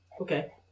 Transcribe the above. Okay